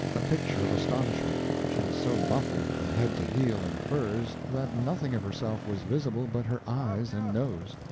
a picture of astonishment. she was so muffled from head to heel in furs that nothing of herself was visible but her eyes and nose.